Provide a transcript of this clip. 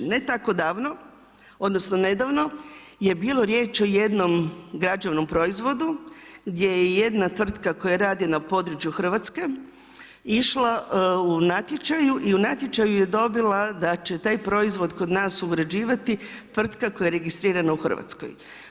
Ne tako davno, odnosno, nedavno je bio riječ o jednom građevnom proizvodu, gdje je jedna tvrtka koja radi na području Hrvatske išla u natječaju i u natječaju je dobila da će taj proizvod kod nas uređivati tvrtka koja je registrirana u Hrvatskoj.